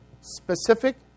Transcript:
specific